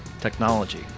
technology